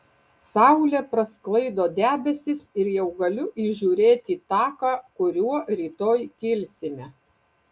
saulė prasklaido debesis ir jau galiu įžiūrėti taką kuriuo rytoj kilsime